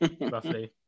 roughly